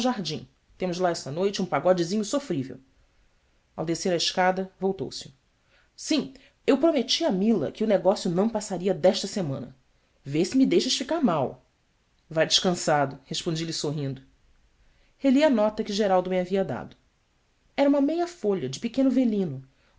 temos lá esta noite um pagodezinho sofrível ao descer a escada voltou-se im u prometi a mila que o negócio não passaria desta semana vê se me deixas ficar mal vae descansado respondi-lhe sorrindo reli a nota que geraldo me havia dado era uma meia folha de pequeno velino